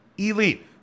Elite